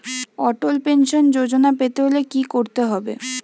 অটল pension Yojana পেতে হলে কি করতে হবে?